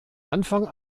anfang